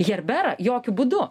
herberą jokiu būdu